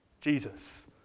Jesus